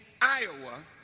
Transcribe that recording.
Iowa